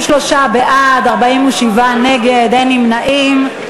בעד, 33, נגד, 47, אין נמנעים.